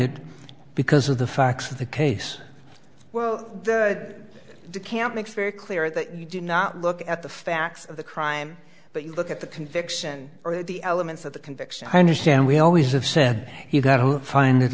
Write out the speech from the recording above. it because of the facts of the case well the camp makes very clear that you do not look at the facts of the crime but you look at the conviction or the elements of the conviction i understand we always have said you've got don't find